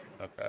Okay